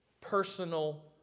personal